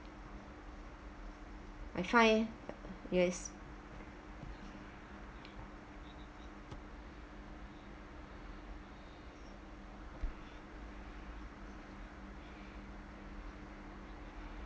I try yes